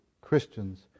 Christians